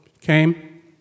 came